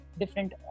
different